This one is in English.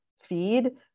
feed